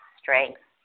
strength